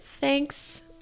thanks